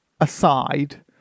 aside